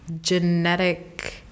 genetic